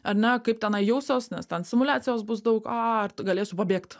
ar ne kaip tenai jausiuos nes ten stimuliacijos bus daug a ir galėsiu pabėgt